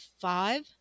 five